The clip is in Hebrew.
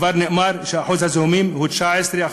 כבר נאמר ששיעור הזיהומים הוא 19%,